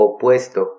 Opuesto